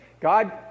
God